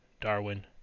Darwin